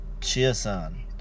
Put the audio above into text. Chia-san